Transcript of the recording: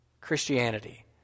Christianity